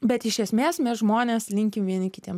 bet iš esmės mes žmonės linkim vieni kitiem